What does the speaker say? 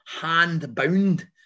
hand-bound